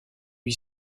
lui